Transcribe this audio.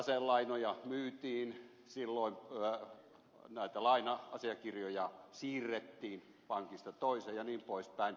silloin taselainoja myytiin silloin laina asiakirjoja siirrettiin pankista toiseen jnp